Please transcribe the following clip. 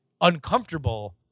uncomfortable